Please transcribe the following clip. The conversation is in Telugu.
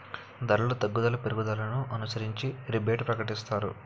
ధరలు తగ్గుదల పెరుగుదలను అనుసరించి రిబేటు ప్రకటిస్తారు